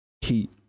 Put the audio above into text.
heat